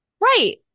Right